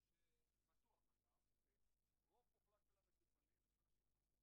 מעמד האישה ולשוויון מגדרי): חייבים.